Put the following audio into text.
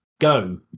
go